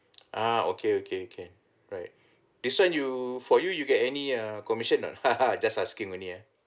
ah okay okay okay right this one you for you you get any ah commission or not just asking only ah